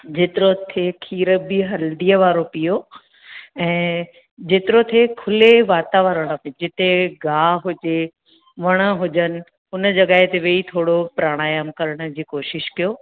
जेतिरो थे खीर बि हल्दीअ वारो पीओ ऐं जेतिरो थे खुले वातावरण थे जिते घाहु हुजे वण हुजनि हुन जॻहि ते वेई थोड़ो प्राणायम करण जी कोशिशि कयो